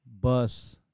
bus